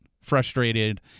frustrated